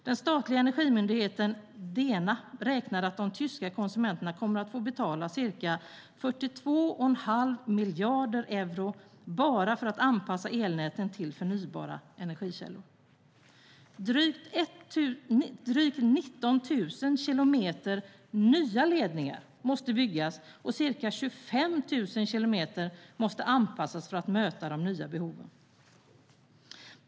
Den statliga energimyndigheten Dena räknar med att de tyska konsumenterna kommer att få betala ca 42,5 miljarder euro bara för att anpassa elnätet till förnybara energikällor. Drygt 19 000 kilometer nya ledningar måste byggas, och ca 25 000 kilometer måste anpassas för att möta de nya behoven.